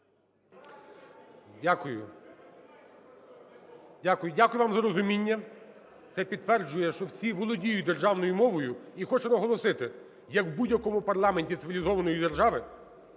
Дякую, дякую вам за розуміння. Це підтверджує, що всі володіють державною мовою. І хочу наголосити, як в будь-якому парламенті цивілізованої держави